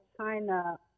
China